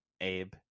Abe